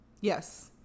Yes